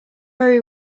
very